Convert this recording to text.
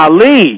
Ali